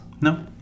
No